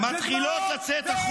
מי שרוצח יהודים יקבל דם ודמעות ואש.